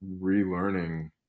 relearning